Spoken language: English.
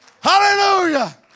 hallelujah